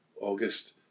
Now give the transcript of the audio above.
August